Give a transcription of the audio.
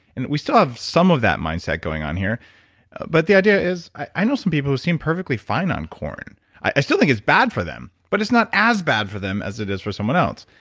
and we still have some of that mindset going on here but the idea is, i know some people who seem perfectly fine on corn i still think it's bad for them, but it's not as bad for them as it is for someone else.